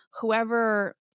whoever